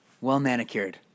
well-manicured